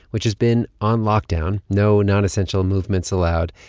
which has been on lockdown no non-essential movements allowed.